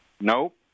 Nope